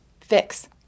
fix